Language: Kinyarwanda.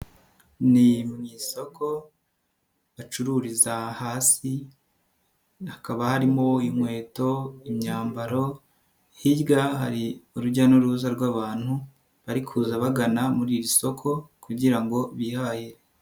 Ni mu isoko bacururiza hasi hakaba harimo inkweto, imyambaro, hirya hari urujya n'uruza rw'abantu bari kuza bagana muri iri soko kugira ngo bihahire.